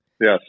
Yes